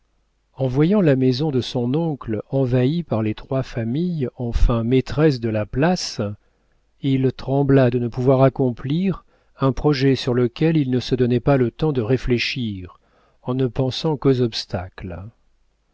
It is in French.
en voyant la maison de son oncle envahie par les trois familles enfin maîtresses de la place il trembla de ne pouvoir accomplir un projet sur lequel il ne se donnait pas le temps de réfléchir en ne pensant qu'aux obstacles